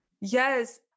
Yes